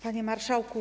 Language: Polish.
Panie Marszałku!